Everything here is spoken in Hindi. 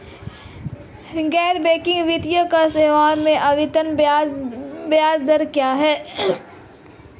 गैर बैंकिंग वित्तीय सेवाओं में आवर्ती ब्याज दर क्या है?